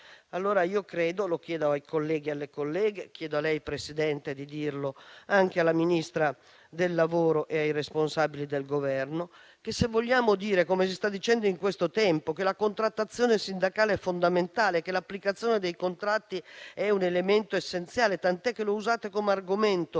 Allora io credo - lo chiedo ai colleghi, alle colleghe e chiedo a lei, Presidente, di dirlo anche alla Ministra del lavoro e ai responsabili del Governo - che se vogliamo dire, come si sta dicendo in questo tempo, che la contrattazione sindacale è fondamentale e che l'applicazione dei contratti è un elemento essenziale, tanto che lo utilizzate come argomento